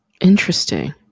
interesting